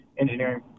engineering